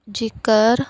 ਜ਼ਿਕਰ